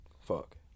fuck